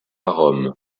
rome